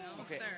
Okay